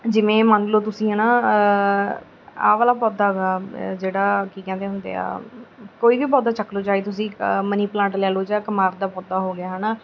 ਜਿਵੇਂ ਮੰਨ ਲਓ ਤੁਸੀਂ ਹੈ ਨਾ ਆਹ ਵਾਲਾ ਪੌਦਾ ਹੈਗਾ ਜਿਹੜਾ ਕੀ ਕਹਿੰਦੇ ਹੁੰਦੇ ਆ ਕੋਈ ਵੀ ਪੌਦਾ ਚੱਕ ਲਓ ਚਾਹੇ ਤੁਸੀਂ ਮਨੀ ਪਲਾਂਟ ਲੈ ਲਓ ਜਾਂ ਕੁਮਾਰ ਦਾ ਪੌਦਾ ਹੋ ਗਿਆ ਹੈ ਨਾ